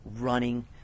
running